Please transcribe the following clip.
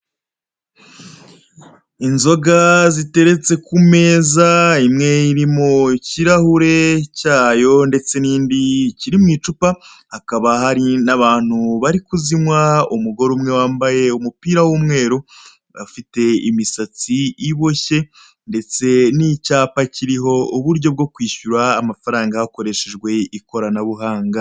Inzoga ziteretse ku meza, imwe iri mu kirahure cyayo ndetse n'indi ikiri mu cupa, hakaba hari n'abantu bari kuzinywa, umugore umwe wambaye umupira w'umweru afite imisatsi iboshye ndetse n'icyapa kiriho uburyo bwo kwishyura amafaranga hakoresheje ikoranabuhanga.